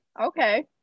okay